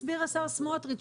הסביר השר סמוטריץ',